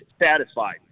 satisfied